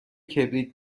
کبریت